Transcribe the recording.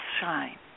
shine